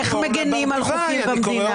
איך מגנים על חוקים במדינה.